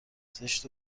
زشت